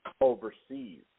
overseas